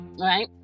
right